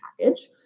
package